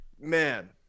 Man